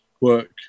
work